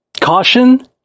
Caution